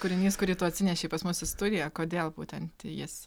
kūrinys kurį tu atsinešei pas mus į studiją kodėl būtent jis